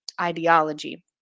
ideology